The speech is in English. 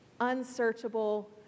unsearchable